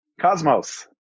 Cosmos